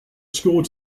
score